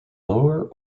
lower